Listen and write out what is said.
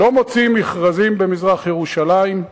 לא מוציאים מכרזים במזרח-ירושלים,